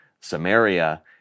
Samaria